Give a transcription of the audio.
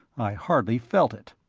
i hardly felt it.